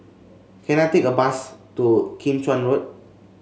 can I take a bus to Kim Chuan Road